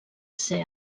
ser